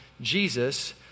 Jesus